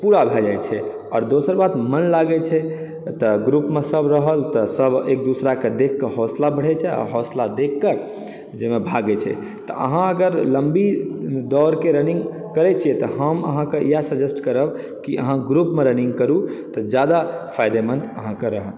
पूरा भए जाइ छै और दोसर बात मन लागै छै तऽ ग्रुपमे सब रहल तऽ सब एक दोसराकेँ देखिकऽ हौसला बढ़ै छै हौसला देखिकऽ जाहिमे भागै छै तऽ अहाँके लम्बी दौड़के रनिंग करै छियै तऽ हम अहाँके इएह सजेस्ट करब कि अहाँ ग्रुपमे रनिंग करू तऽ जादा फायदेमन्द अहाँके रहत